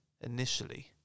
Initially